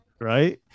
Right